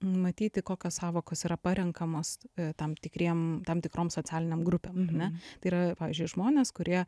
matyti kokios sąvokos yra parenkamos tam tikriem tam tikrom socialinėm grupėm ar ne tai yra pavyzdžiui žmonės kurie